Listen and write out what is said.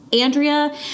Andrea